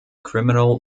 criminal